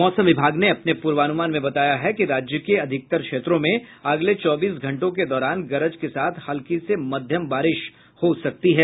मौसम विभाग ने अपने पूर्वानुमान में बताया है कि राज्य के अधिकतर क्षेत्रों में अगले चौबीस घंटों के दौरान गरज के साथ हल्की से मध्यम बारिश हो सकती है